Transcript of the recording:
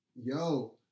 Yo